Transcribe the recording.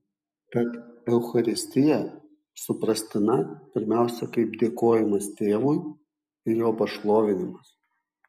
tad eucharistija suprastina pirmiausia kaip dėkojimas tėvui ir jo pašlovinimas